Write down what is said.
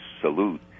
salute